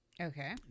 Okay